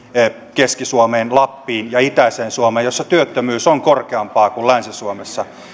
keski suomeen lappiin ja itäiseen suomeen missä työttömyys on korkeampaa kuin länsi suomessa